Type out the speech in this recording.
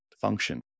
function